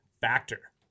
Factor